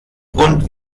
und